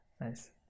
Nice